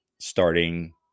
starting